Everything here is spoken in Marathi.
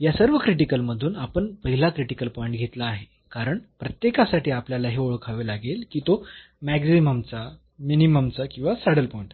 या सर्व क्रिटिकल मधून आपण पहिला क्रिटिकल पॉईंट घेतला आहे कारण प्रत्येकासाठी आपल्याला हे ओळखावे लागेल की तो मॅक्सिममचा मिनिममचा किंवा सॅडल पॉईंट आहे